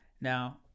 Now